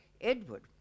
Edward